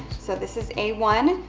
so this is a one,